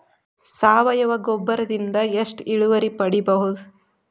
ಸಾವಯವ ಗೊಬ್ಬರದಿಂದ ಎಷ್ಟ ಇಳುವರಿ ಪಡಿಬಹುದ?